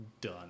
done